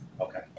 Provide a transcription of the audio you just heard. Okay